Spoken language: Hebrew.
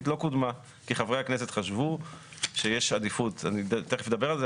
לא קודמה כי חברי הכנסת חשבו שיש עדיפות תכף אני אדבר על זה